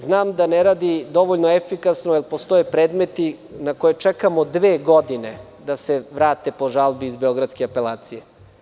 Znam da ne radi dovoljno efikasno jer postoje predmeti na koje čekamo dve godine da se vrate po žalbi iz beogradske apelacije.